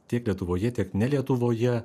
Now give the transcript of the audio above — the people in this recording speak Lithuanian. tiek lietuvoje tiek ne lietuvoje